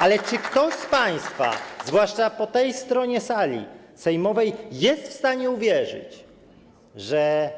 Ale czy ktoś z państwa, zwłaszcza po tej stronie sali sejmowej, jest w stanie uwierzyć, że